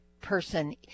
person